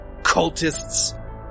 cultists